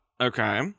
Okay